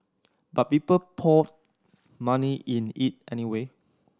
but people poured money in it anyway